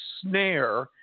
snare